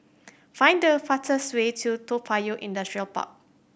find the fastest way to Toa Payoh Industrial Park